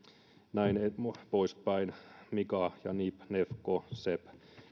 näin poispäin miga ja nib nefco seb